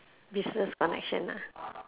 business connection lah